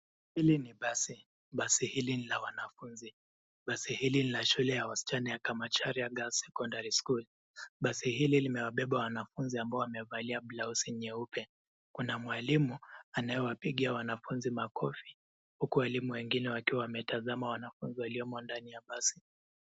Hili ni basi, basi hili ni la wanafunzi. Basi hili ni la shule ya wasichana ya Kamacharia Girls Secondary School . Basi hili limewabeba wanafunzi ambao wamevalia blauzi nyeupe. Kuna mwalimu anayewapigia wanafunzi makofi huku walimu wengine wakiwa wametazama wanafunzi waliomo ndani ya basi.